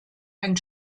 ein